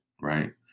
right